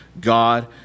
God